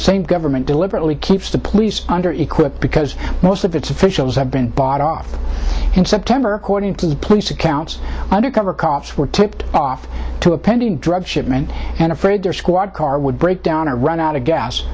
same government deliberately keeps the police under equipped because most of its officials have been bought off in september according to the police accounts undercover cops were tipped off to a pending drug shipment and afraid their squad car would break down or run out of gas